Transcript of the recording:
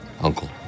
Uncle